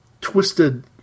twisted